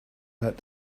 that